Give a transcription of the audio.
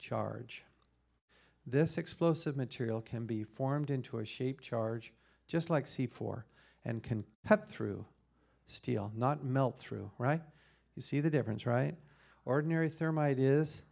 charge this explosive material can be formed into a shaped charge just like c four and can have through steel not melt through right you see the difference right ordinary therm